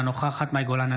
אינה נוכחת מאי גולן,